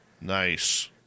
Nice